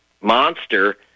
monster